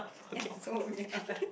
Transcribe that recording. that's so weird